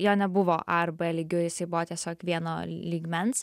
jo nebuvo a ar b lygiu jisai buvo tiesiog vieno lygmens